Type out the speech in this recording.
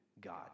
God